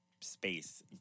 space